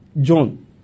John